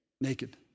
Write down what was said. naked